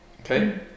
Okay